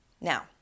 now